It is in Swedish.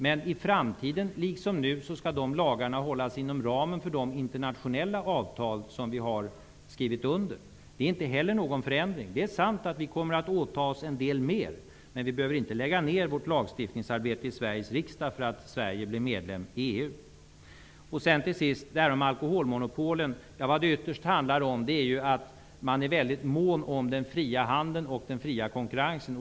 Men i framtiden, liksom nu, skall de lagarna hållas inom ramen för de internationella avtal som vi har skrivit under. Det är inte heller någon förändring. Det är sant att vi kommer att åta oss mer, men vi behöver inte lägga ner vårt lagstiftningsarbete i Sveriges riksdag bara för att Sverige blir medlem i EU. Till sist vill jag ta upp frågan om alkoholmonopolen. Vad det ytterst handlar om är att EU är väldigt mån om den fria handeln och den fria konkurrensen.